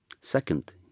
Second